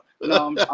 No